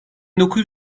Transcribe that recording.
dokuz